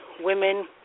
women